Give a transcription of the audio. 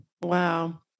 Wow